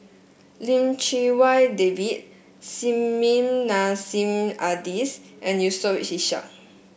Lim Chee Wai David Nissim Nassim Adis and Yusof Ishak